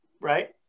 right